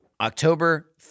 October